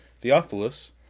Theophilus